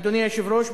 אדוני היושב-ראש,